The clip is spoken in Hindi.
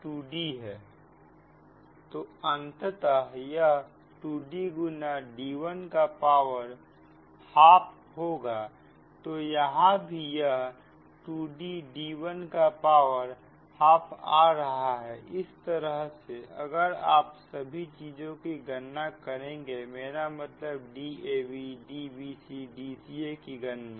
तो अंततः यह 2D गुना d1 का पावर ½ होगा तो यहां भी यह 2D d 1 का पावर ½ आ रहा है इस तरह से अगर आप सभी चीजों की गणना करेंगे मेरा मतलब Dab DbcDcaकी गणना